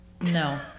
No